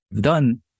done